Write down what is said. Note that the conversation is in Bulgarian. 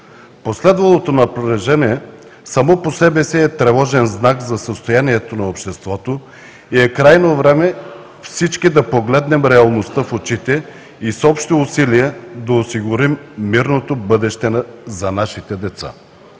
Последвалото напрежение само по себе си е тревожен знак за състоянието на обществото и е крайно време всички да погледнем реалността в очите и с общи усилия да осигурим мирното бъдеще за нашите деца.